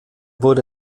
wurde